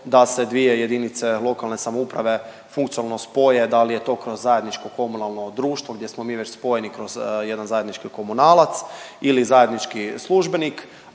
da se dvije jedinice lokalne samouprave funkcionalno spoje. Da li je to kroz zajedničko komunalno društvo gdje smo mi već spojeni kroz jedan zajednički komunalac ili zajednički službenik,